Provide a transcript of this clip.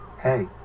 Hey